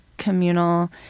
communal